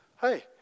Hey